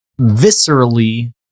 viscerally